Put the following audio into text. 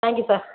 thank you sir